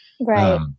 Right